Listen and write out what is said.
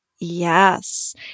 Yes